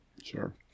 Sure